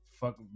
fuck